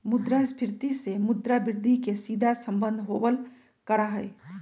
मुद्रास्फीती से मुद्रा वृद्धि के सीधा सम्बन्ध होबल करा हई